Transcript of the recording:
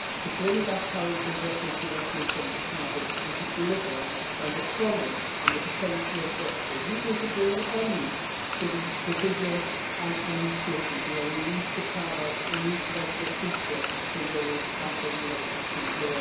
to bring back powers from brussels to westminster and to cardiff, and to deliver on the promise and the potential of brexit. we need to bring an end to the division and uncertainty, and we need to carve out a new, brighter future for wales and for the united kingdom.